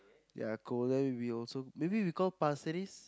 ya cool then we also maybe we call pasir-ris